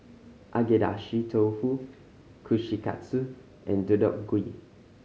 Agedashi Dofu Kushikatsu and Deodeok Gui